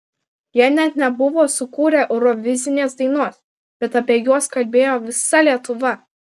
jie net nebuvo sukūrę eurovizinės dainos bet apie juos kalbėjo visa lietuva